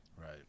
Right